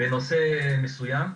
בנושא מסויים,